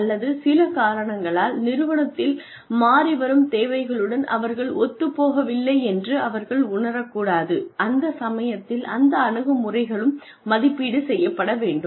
அல்லது சில காரணங்களால் நிறுவனத்தின் மாறிவரும் தேவைகளுடன் அவர்கள் ஒத்துப்போகவில்லை என்று அவர்கள் உணரக்கூடாது அந்த சமயத்தில் அந்த அணுகுமுறைகளும் மதிப்பீடு செய்யப்பட வேண்டும்